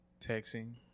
texting